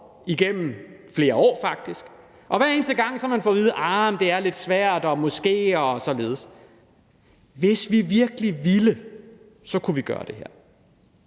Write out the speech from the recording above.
igennem flere år faktisk, og hver eneste gang har jeg fået at vide: Det er lidt svært, men måske kan man det. Hvis vi virkelig ville, kunne vi gøre det her.